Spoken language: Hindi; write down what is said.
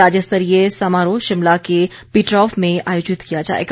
राज्यस्तरीय समारोह शिमला के पीटर हॉफ में आयोजित किया जाएगा